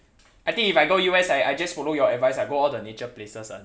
I think if I go U_S I I just follow your advice I go all the nature places ah